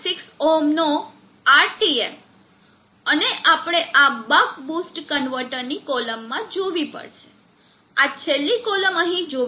6 ohms નો RTM અને આપણે આ બક બૂસ્ટ કન્વર્ટરની કોલમ જોવી પડશે આ છેલ્લી કોલમ અહીં જોવી પડશે